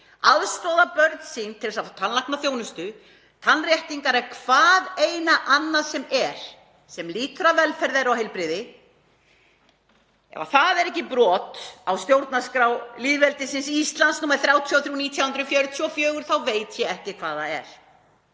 aðstoðað börn sín til að fá tannlæknaþjónustu, tannréttingar eða hvað eina annað sem er sem lýtur að velferð þeirra og heilbrigði, ef það er ekki brot á stjórnarskrá lýðveldisins Íslands, nr. 33/1944, þá veit ég ekki hvað gerir